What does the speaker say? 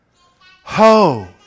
Ho